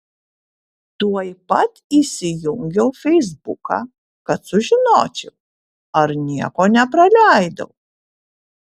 tuoj pat įsijungiau feisbuką kad sužinočiau ar nieko nepraleidau